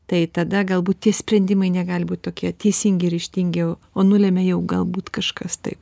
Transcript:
tai tada galbūt tie sprendimai negali būt tokie teisingi ir ryžtingi o o nulemia jau galbūt kažkas tai